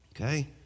okay